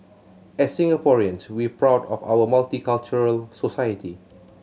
as Singaporeans we're proud of our multicultural society